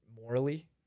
morally